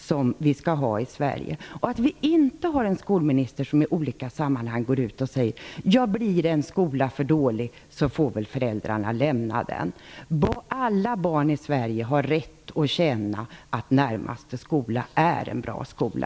Det är också viktigt att vi inte har en skolminister som i olika sammanhang säger: Blir en skola för dålig får väl föräldrarna lämna den. Alla barn i Sverige har rätt att känna att närmaste skola är en bra skola!